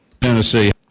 Tennessee